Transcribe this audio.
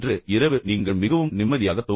அன்று இரவு நீங்கள் மிகவும் நிம்மதியாக தூங்கலாம்